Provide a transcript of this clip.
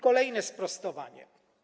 Kolejne sprostowanie.